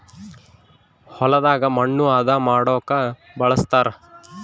ಹೊಲದಾಗ ಮಣ್ಣು ಹದ ಮಾಡೊಕ ಬಳಸ್ತಾರ